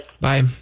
Bye